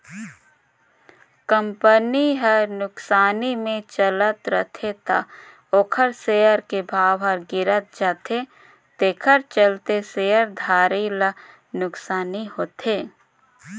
company हर नुकसानी मे चलत रथे त ओखर सेयर के भाव गिरत जाथे तेखर चलते शेयर धारी ल नुकसानी होथे